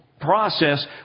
process